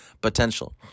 Potential